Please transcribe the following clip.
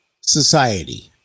society